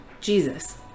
Jesus